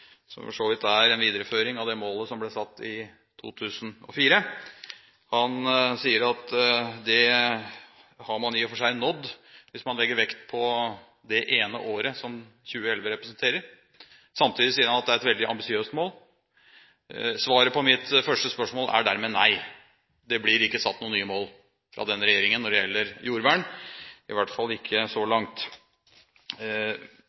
som for så vidt er en videreføring av det målet som ble satt i 2004. Han sier at det har man i og for seg nådd, hvis man legger vekt på det ene året som 2011 representerer. Samtidig sier han at det er et veldig ambisiøst mål. Svaret på mitt første spørsmål er dermed nei – det blir ikke satt noen nye mål fra denne regjeringen når det gjelder jordvern, i hvert fall ikke så